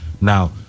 now